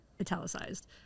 italicized